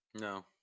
No